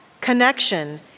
connection